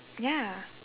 ya